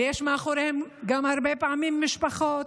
ויש מאחוריהם גם הרבה פעמים משפחות,